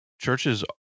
churches